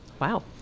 wow